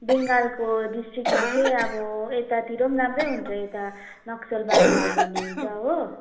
बङ्गालको डिस्ट्रिक्टमा चाहिँ अब यतातिर पनि राम्रै हुन्छ यता नक्सलबारीहरू भन्ने हुन्छ हो